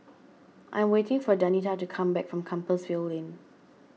I'm waiting for Danita to come back from Compassvale Lane